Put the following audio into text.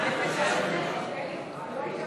חוק תקציב המדינה לשנים 2017 ו-2018 (הוראות מיוחדות) (הוראת שעה),